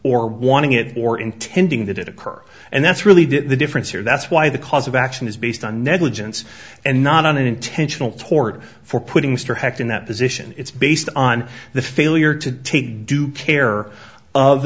or warning it or intending that it occur and that's really did the difference or that's why the cause of action is based on negligence and not on an intentional tort for putting star hecht in that position it's based on the failure to take due care of